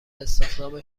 استخدام